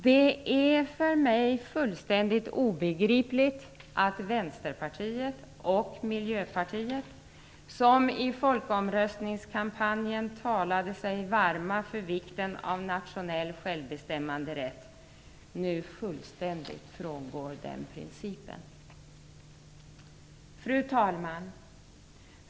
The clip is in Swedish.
Det är för mig fullständigt obegripligt att Vänsterpartiet och Miljöpartiet, som i folkomröstningskampanjen talade sig varma för vikten av nationell självbestämmanderätt, nu fullständigt frångår den principen. Fru talman!